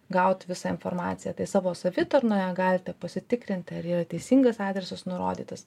gaut visą informaciją tai savo savitarnoje galite pasitikrinti ar yra teisingas adresas nurodytas